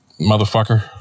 motherfucker